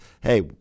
hey